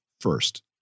first